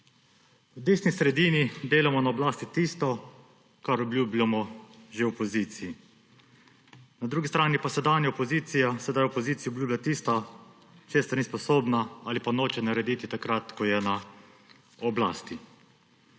V desni sredini delamo na oblasti tisto, kar obljubljamo že v opoziciji. Na drugi strani pa sedanja opozicija sedaj v opoziciji obljublja tisto, česar ni sposobna ali pa noče narediti takrat, ko je na oblasti.